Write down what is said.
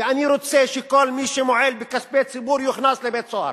אני רוצה שכל מי שמועל בכספי ציבור יוכנס לבית-סוהר,